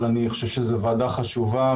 ואני חושב שזו ועדה חשובה,